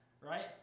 Right